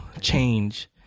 change